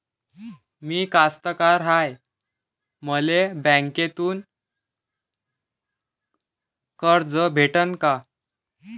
मी कास्तकार हाय, मले बँकेतून कर्ज भेटन का?